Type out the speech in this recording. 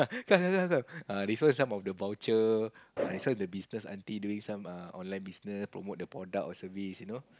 come come come come come ah this one some of the voucher this one the business aunty doing some online business promote the product or service you know